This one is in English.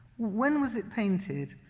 when was it painted?